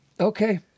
Okay